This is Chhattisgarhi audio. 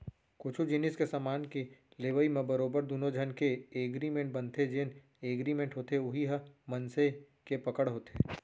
कुछु जिनिस के समान के लेवई म बरोबर दुनो झन के एगरिमेंट बनथे जेन एगरिमेंट होथे उही ह मनसे के पकड़ होथे